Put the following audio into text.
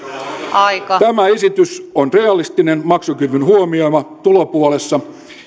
tämä esitys on realistinen maksukyvyn huomioiva tulopuolessa